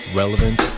relevant